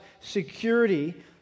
security